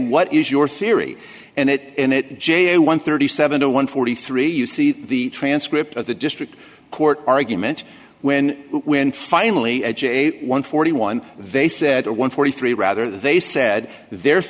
what is your theory and it in it j a one thirty seven a one forty three you see the transcript of the district court argument when when finally ajay one forty one they said or one forty three rather they said the